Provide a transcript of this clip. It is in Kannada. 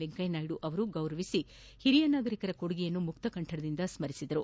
ವೆಂಕಯ್ಯನಾಯ್ದು ಸನ್ನಾನಿಸಿ ಹಿರಿಯ ನಾಗರಿಕರ ಕೊಡುಗೆಯನ್ನು ಮುಕ್ತ ಕಂಠದಿಂದ ಸ್ಥರಿಸಿದರು